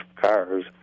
cars